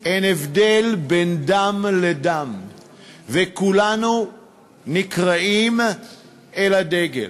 אין הבדל בין דם לדם וכולנו נקראים אל הדגל.